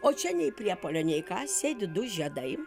o čia nei priepuolio nei ką sėdi du žiedai